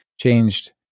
changed